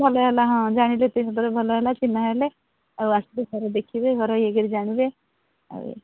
ଭଲ ହେଲା ହଁ ଜାଣିଲେ ଭଲ ହେଲା ଚିହ୍ନା ହେଲେ ଆଉ ଆସିଲେ ଘର ଦେଖିବେ ଘର ଇଏ କରି ଜାଣିବେ ଆଉ